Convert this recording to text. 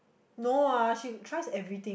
no ah she tries everything